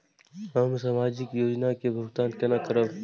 हम सामाजिक योजना के भुगतान केना करब?